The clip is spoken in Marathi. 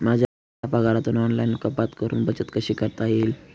माझ्या पगारातून ऑनलाइन कपात करुन बचत कशी करता येईल?